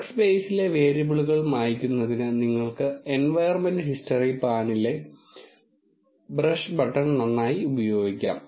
വർക്ക്സ്പെയ്സിലെ വേരിയബിളുകൾ മായ്ക്കുന്നതിന് നിങ്ങൾക്ക് എൻവയർമെൻറ് ഹിസ്റ്ററി പാനിലെ ബ്രഷ് ബട്ടൺ നന്നായി ഉപയോഗിക്കാം